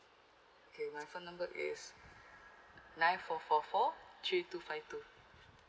okay my phone number is nine four four four three two five two